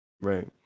Right